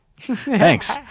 Thanks